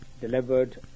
delivered